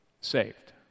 saved